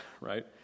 right